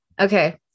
Okay